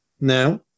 Now